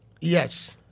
Yes